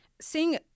seeing